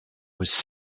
was